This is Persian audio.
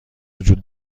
وجود